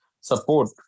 support